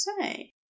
say